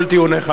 השתכנענו.